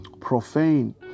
profane